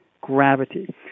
gravity